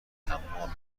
طماع